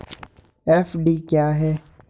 FD क्या है?